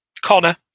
Connor